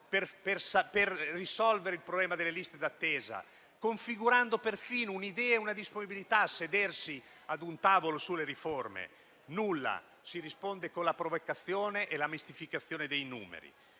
per risolvere il problema delle liste d'attesa, configurando perfino un'idea e una disponibilità a sedersi a un tavolo sulle riforme. Nulla: si risponde con la provocazione e la mistificazione dei numeri.